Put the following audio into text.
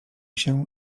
się